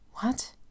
What